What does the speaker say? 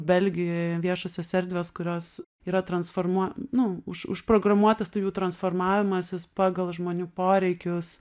belgijoje viešosios erdvės kurios yra transformuo nu už užprogramuotos tai jų transformavimasis pagal žmonių poreikius